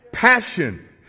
passion